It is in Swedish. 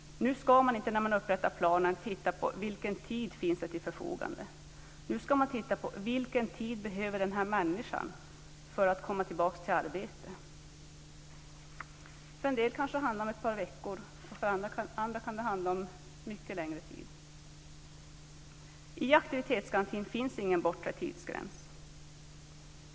Nu ska man inte när man upprättar planen titta på vilken tid som finns till förfogande. Nu ska man titta på vilken tid den här människan behöver för att komma tillbaka till arbete. För en del kanske det handlar om ett par veckor. För andra kan det handla om mycket längre tid. I aktivitetsgarantin finns ingen bortre tidsgräns.